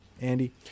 Andy